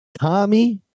Tommy